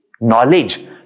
knowledge